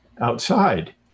outside